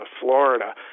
Florida